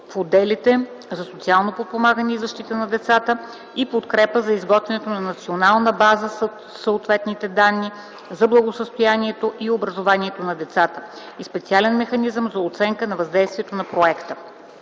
в отделите за социално подпомагане и защита на децата и подкрепа за изготвянето на национална база със съответните данни за благосъстоянието и образованието на децата и специален механизъм за оценка на въздействието на проекта.